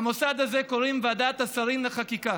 למוסד הזה קוראים ועדת השרים לחקיקה.